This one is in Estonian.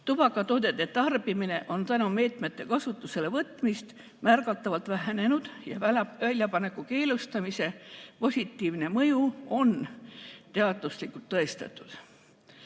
Tubakatoodete tarbimine on tänu meetmete kasutuselevõtmisele märgatavalt vähenenud ja väljapaneku keelustamise positiivne mõju on teaduslikult tõestatud.